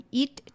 eat